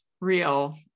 real